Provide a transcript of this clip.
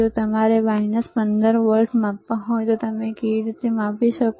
જો તમારે 15 વોલ્ટ માપવા હોય તો તમે કેવી રીતે માપી શકો